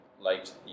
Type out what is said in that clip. liked